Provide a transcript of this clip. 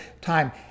time